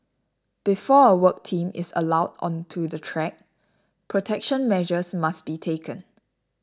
before a work team is allowed onto the track protection measures must be taken